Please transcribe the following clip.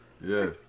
yes